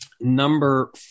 Number